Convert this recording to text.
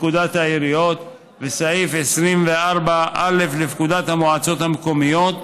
לפקודת העיריות וסעיף 24א לפקודת המועצות המקומיות,